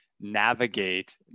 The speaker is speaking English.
navigate